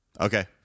Okay